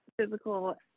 physical